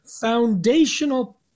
foundational